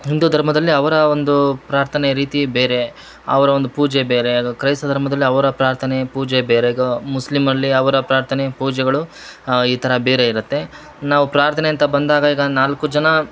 ಹಿಂದೂ ಧರ್ಮದಲ್ಲಿ ಅವರ ಒಂದು ಪ್ರಾರ್ಥನೆ ರೀತಿ ಬೇರೆ ಅವರ ಒಂದು ಪೂಜೆ ಬೇರೆ ಅದು ಕ್ರೈಸ್ತ ಧರ್ಮದಲ್ಲಿ ಅವರ ಪ್ರಾರ್ಥನೆ ಪೂಜೆ ಬೇರೆ ಈಗ ಮುಸ್ಲಿಮ್ ಅಲ್ಲಿ ಅವರ ಪ್ರಾರ್ಥನೆ ಪೂಜೆಗಳು ಈ ಥರ ಬೇರೆ ಇರುತ್ತೆ ನಾವು ಪ್ರಾರ್ಥನೆ ಅಂತ ಬಂದಾಗ ಈಗ ನಾಲ್ಕು ಜನ